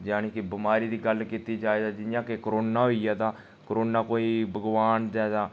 जानी कि बामारी दी गल्ल कीती जाए ते जियां कि कोरोना होई गेआ तां कोरोना कोई भगवान दा